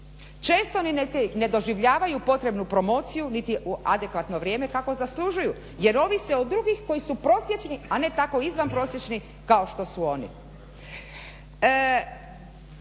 često ni ne doživljavaju potrebnu promociju niti u adekvatno vrijeme kako zaslužuju jer ovi se od drugih koji su prosječni, a ne tako izvanprosječni kao što su oni.